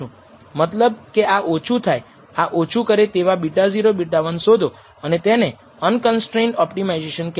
મતલબ કે આ ઓછું થાય આ ઓછું કરે તેવા β0 β1 શોધો અને તેને અનકંસ્ટ્રેઈંડ ઓપ્ટિમાઇઝેશન કહેવાય